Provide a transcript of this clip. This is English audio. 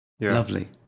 lovely